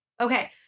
Okay